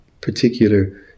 particular